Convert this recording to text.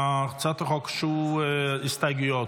להצעת החוק הוגשו הסתייגויות.